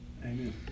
Amen